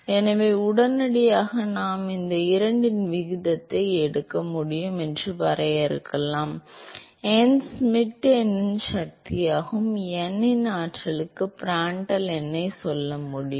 எனவே உடனடியாக நாம் இந்த இரண்டின் விகிதத்தை எடுக்க முடியும் என்று வரையறுக்கலாம் n ஷ்மிட் எண்ணின் சக்திக்கும் n இன் ஆற்றலுக்கும் பிராண்டல் எண்ணை சொல்ல முடியும்